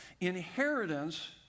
Inheritance